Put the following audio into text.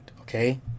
okay